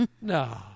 No